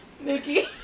Nikki